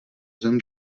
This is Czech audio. zem